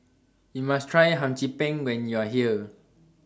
YOU must Try Hum Chim Peng when YOU Are here